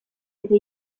eta